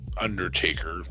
Undertaker